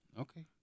okay